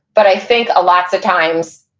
but i think lots of times,